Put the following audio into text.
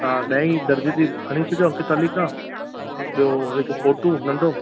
हा ॾहें दर्जे जी बि खणी अचिजो अंक तालिका ॿियो हिकु फ़ोटू नंढो